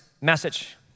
message